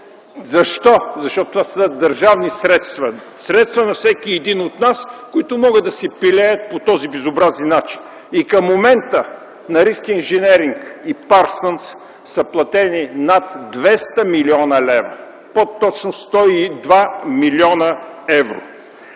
Защо? Защото това са държавни средства. Средства на всеки един от нас, които могат да се пилеят по този безобразен начин. Към момента на „Риск инженеринг” и „Парсънс” са платени над 200 млн. лв. – по-точно 102 млн. евро.